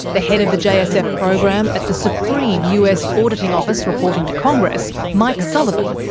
the head of the jsf program at the supreme us auditing office reporting to congress, mike sullivan,